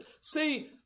See